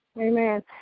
Amen